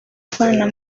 avana